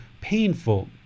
painful